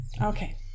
Okay